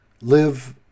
live